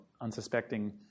unsuspecting